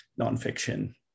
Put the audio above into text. nonfiction